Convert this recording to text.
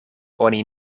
oni